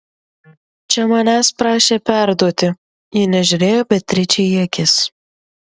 čia manęs prašė perduoti ji nežiūrėjo beatričei į akis